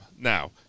Now